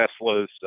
Tesla's